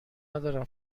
ندارم